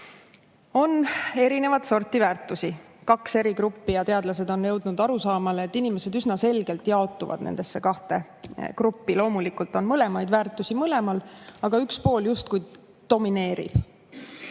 On erinevat sorti väärtusi, kaks eri gruppi. Teadlased on jõudnud arusaamale, et inimesed üsna selgelt jaotuvad nendesse kahte gruppi. Loomulikult on mõlemaid väärtusi mõlemal grupil, aga üks pool justkui domineerib.